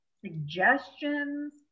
Suggestions